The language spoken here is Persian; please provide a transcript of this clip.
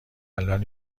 الان